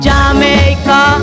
Jamaica